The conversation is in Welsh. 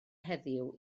heddiw